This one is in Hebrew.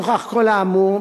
נוכח כל האמור,